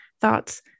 thoughts